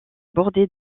bordé